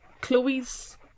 Chloe's